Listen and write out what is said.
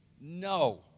No